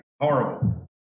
horrible